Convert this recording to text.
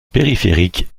périphérique